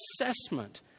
assessment